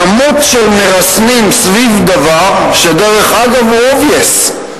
כמות של מרסנים סביב דבר, שדרך אגב, הוא obvious.